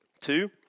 Two